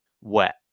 wet